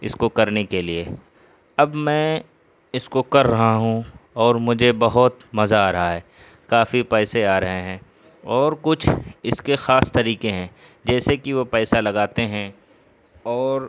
اس کو کرنے کے لیے اب میں اس کو کر رہا ہوں اور مجھے بہت مزا آ رہا ہے کافی پیسے آ رہے ہیں اور کچھ اس کے خاص طریقے ہیں جیسے کہ وہ پیسہ لگاتے ہیں اور